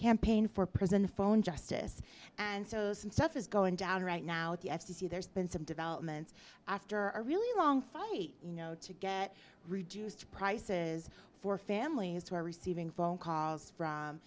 campaign for prison the phone justice and so some stuff is going down right now at the f c c there's been some developments after a really long fight you know to get reduced prices for families who are receiving phone calls from